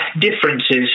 differences